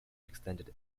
extended